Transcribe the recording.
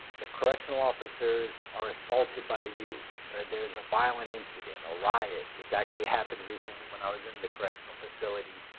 if correctional officers are assaulted by a youth or there's a violent incident or riot, which actually happened recently when i was in the correctional facility,